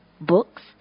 Books